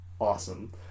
awesome